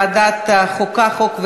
הוועדה המוסמכת היא ועדת החוקה, חוק ומשפט.